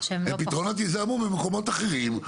הם לא פתרונות שיזהמו במקומות אחרים.